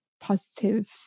positive